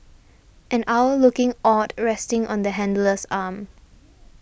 an owl looking awed resting on the handler's arm